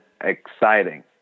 exciting